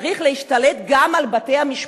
צריך להשתלט גם על בתי-המשפט.